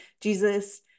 Jesus